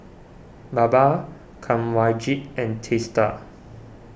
Baba Kanwaljit and Teesta